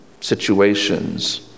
situations